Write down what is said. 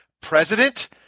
president